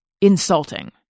insulting